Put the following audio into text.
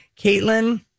Caitlin